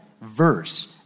verse